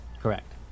Correct